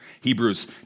Hebrews